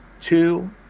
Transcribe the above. two